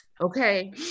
Okay